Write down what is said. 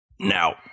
Now